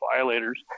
violators